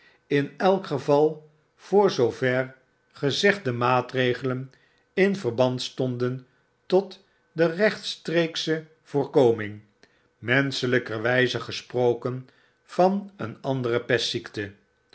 in elk geval voor zoover gezegde maatregelen in verband stonden tot de rechtstreeksche voorkoming menschelykerwyze gesproken van een andere pestziekte